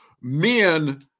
men